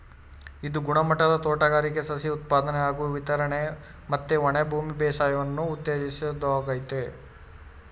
ಇದು ಗುಣಮಟ್ಟದ ತೋಟಗಾರಿಕೆ ಸಸಿ ಉತ್ಪಾದನೆ ಹಾಗೂ ವಿತರಣೆ ಮತ್ತೆ ಒಣಭೂಮಿ ಬೇಸಾಯವನ್ನು ಉತ್ತೇಜಿಸೋದಾಗಯ್ತೆ